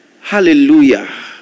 hallelujah